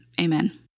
amen